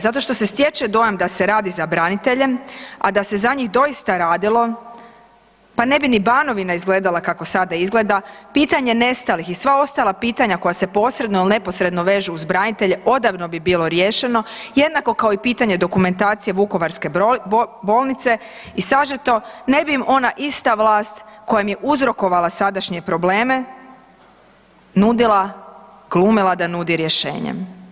Zato što se stječe dojam da se radi za branitelje, a da se za njih doista radilo, pa ne bi ni Banovina izgledala kako sada izgleda, pitanje nestalih i sva ostala pitanja koja se posredno ili neposredno vežu uz branitelje odavno bi bilo riješeno jednako kao i pitanje dokumentacije vukovarske bolnice i sažeto, ne bi im ona ista vlast koja im je uzrokovala sadašnje probleme nudila, glumila da nudi rješenje.